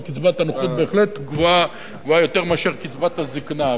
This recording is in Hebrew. וקצבת הנכות בהחלט גבוהה יותר מאשר קצבת הזיקנה,